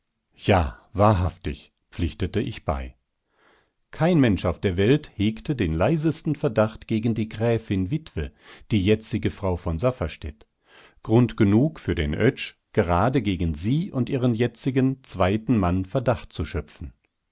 ja wahrhaftig pflichtete ich bei kein mensch auf der welt hegte den leisesten verdacht gegen die gräfin witwe die jetzige frau von safferstätt grund genug für den oetsch gerade gegen sie und ihren jetzigen zweiten mann verdacht zu schöpfen